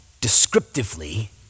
descriptively